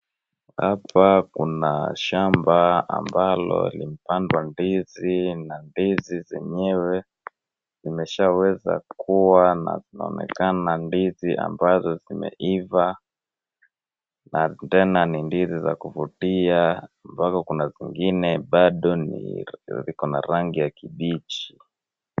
Hapa kuna shamba ambalo limepandwa ndizi na ndizi zenyewe zimeshaweza kuwa na inaonekana ndizi ambazo zimeiva natena ani ndizi za kuvutia mpaka kuna zingine bado ni za rangi ya kijani kibichi.